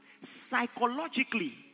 Psychologically